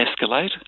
escalate